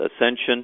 Ascension